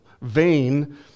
vain